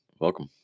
Welcome